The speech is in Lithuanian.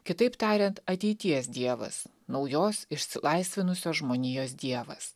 kitaip tariant ateities dievas naujos išsilaisvinusios žmonijos dievas